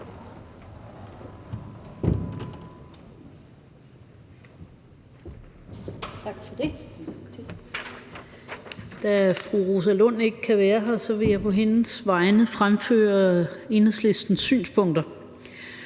Da fru Rosa Lund ikke kan være her, vil jeg på hendes vegne fremføre Enhedslistens synspunkter.